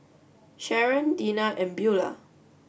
Sharon Deena and Beula